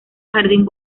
jardín